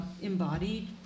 embodied